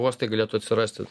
uostai galėtų atsirasti